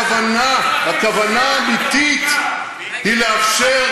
הכוונה האמיתית היא לאפשר,